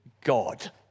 God